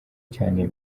cyane